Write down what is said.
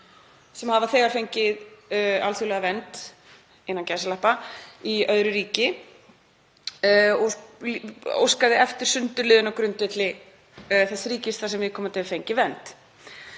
sem hafa þegar fengið alþjóðlega vernd, innan gæsalappa, í öðru ríki og óskaði eftir sundurliðun á grundvelli þess ríkis þar sem viðkomandi hefur fengið vernd.